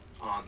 on